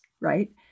right